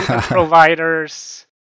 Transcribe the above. providers